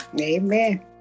Amen